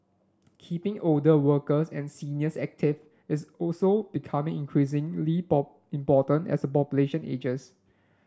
keeping older workers and seniors active is also becoming important as the population ages